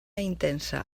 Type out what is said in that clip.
intensa